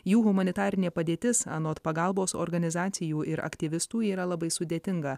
jų humanitarinė padėtis anot pagalbos organizacijų ir aktyvistų yra labai sudėtinga